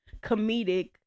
comedic